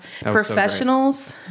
professionals